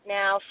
now